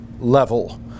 level